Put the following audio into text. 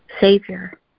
savior